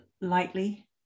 lightly